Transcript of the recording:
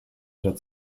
oder